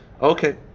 Okay